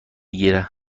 گیره